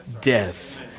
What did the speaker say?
death